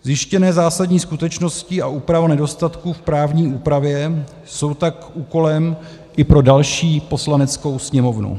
Zjištěné zásadní skutečnosti a úprava nedostatků v právní úpravě jsou tak úkolem i pro další Poslaneckou sněmovnu.